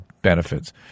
Benefits